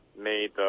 made